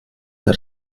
der